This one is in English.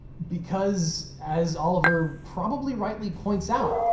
because, as oliver probably rightly points out,